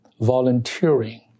volunteering